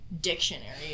dictionary